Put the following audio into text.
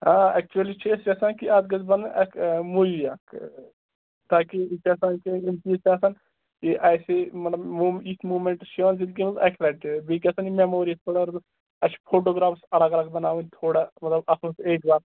آ ایٚکچُلی چھِ أسۍ یَژھان کہِ اَتھ گٔژھ بَنُن اسہِ موٗیی اَکھ تاکہِ یہِ چھُ آسان یِم چیٖز چھِ آسان یہِ اَسہِ مَطلَب موٗ یہِ موٗمیٚنٛٹٕس چھِ حظ یِتھٕ کٔنۍ اَکہِ لَٹہِ تہٕ بیٚیہِ گَژھان میموریٖز تھوڑا رٕژ اَسہِ چھِ فوٹوٗ گرٛافس تھوڑا اَلگ اَلگ بَناوٕنۍ تھوڑا تھوڑا اَصٕل پیج زیادٕ